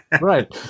right